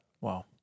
Wow